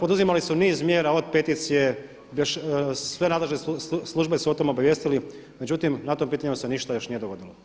Poduzimali su niz mjera od peticije, sve nadležne službe su o tome obavijestili međutim na tom pitanju se ništa još nije dogodilo.